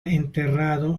enterrado